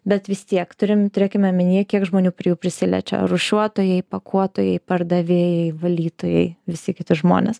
bet vis tiek turim turėkime omenyje kiek žmonių prie jų prisiliečia rūšiuotojai pakuotojai pardavėjai valytojai visi kiti žmonės